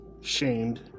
...shamed